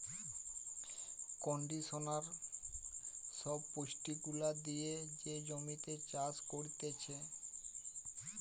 conditioner সব পুষ্টি গুলা দিয়ে যে জমিতে চাষ করতিছে